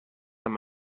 amb